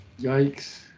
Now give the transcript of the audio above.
Yikes